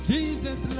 Jesus